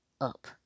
up